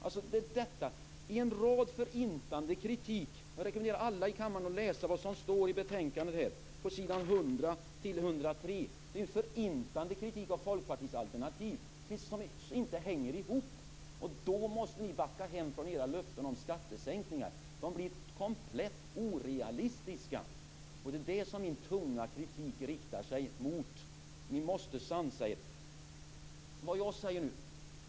Ni får en förintande kritik. Jag rekommenderar alla i kammaren att läsa vad som står i betänkandet på s. 100-103. Det är en förintande kritik av Folkpartiets alternativ. Det hänger inte ihop. Då måste ni backa från era löften om skattesänkningar. De blir komplett orealistiska. Det är det som min tunga kritik riktar sig mot. Ni måste sansa er.